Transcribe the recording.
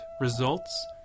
results